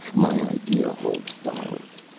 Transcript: my idea holds dollars,